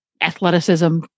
athleticism